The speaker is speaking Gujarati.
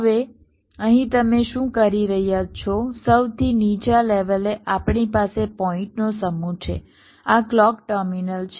હવે અહીં તમે શું કરી રહ્યા છો સૌથી નીચા લેવલે આપણી પાસે પોઈન્ટનો સમૂહ છે આ ક્લૉક ટર્મિનલ છે